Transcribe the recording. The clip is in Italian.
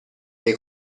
dei